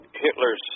Hitler's